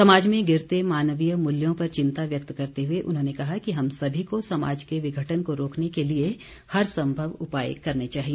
समाज में गिरते मानवीय मूल्यों पर चिंता व्यक्त करते हुए उन्होंने कहा कि हम सभी को समाज के विघटन को रोकने के लिए हर संभव उपाय करने चाहिए